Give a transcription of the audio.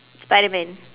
spiderman